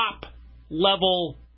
top-level